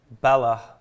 Bella